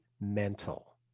mental